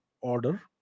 order